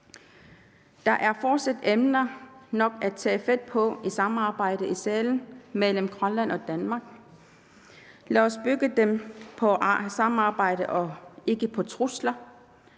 Der er fortsat emner nok at tage fat på i samarbejdet her i salen mellem Grønland og Danmark. Lad os bygge det på tillid og ikke på trusler.